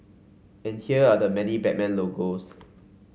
and here are the many Batman logos